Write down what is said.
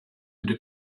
into